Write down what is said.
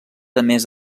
emesa